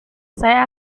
saya